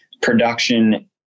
production